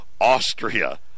Austria